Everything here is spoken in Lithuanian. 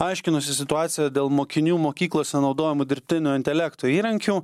aiškinosi situaciją dėl mokinių mokyklose naudojamų dirbtinio intelekto įrankių